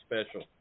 Special